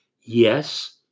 Yes